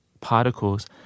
particles